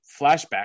Flashback